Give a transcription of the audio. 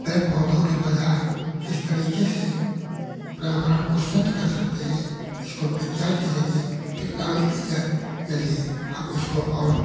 पेड़ पौधों के बजाय किस तरीक से पर्यावरण को शुद्ध कर सकते हैं इसको विज्ञान के ज़रिए टेक्नोलॉजी के ज ज़रिए हम इसको और